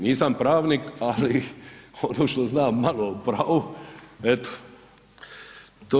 Nisam pravnik, ali ono što znam malo o pravu, eto.